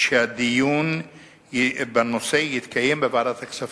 שהדיון בנושא יתקיים בוועדת הכספים.